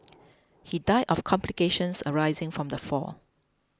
he died of complications arising from the fall